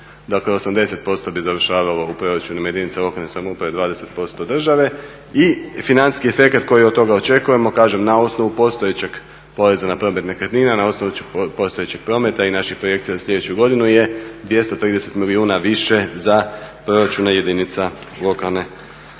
dakle 80% bi završavalo u proračunima jedinica lokalne samouprave, 20% države i financijski efekat koji od toga očekujemo, kažem na osnovu postojećeg poreza na promet nekretnina na osnovi postojećeg prometa i naših projekcija za slijedeću godinu je 230 milijuna više za proračune jedinica lokalne